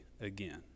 again